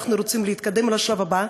אנחנו רוצים להתקדם לשלב הבא,